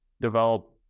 develop